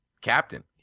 captain